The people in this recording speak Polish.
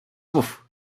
mów